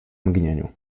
mgnieniu